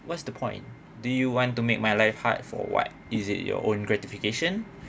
what's the point do you want to make my life hard for what is it your own gratification